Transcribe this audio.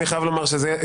רבותיי,